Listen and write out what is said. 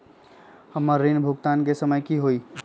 हमर ऋण भुगतान के समय कि होई?